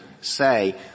say